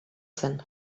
zen